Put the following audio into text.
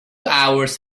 hours